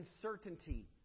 uncertainty